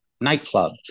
nightclub